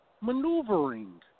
maneuvering